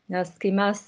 nes kai mes